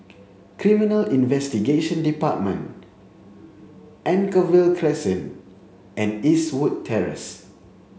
Criminal Investigation Department Anchorvale Crescent and Eastwood Terrace